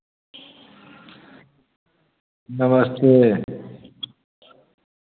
नमस्ते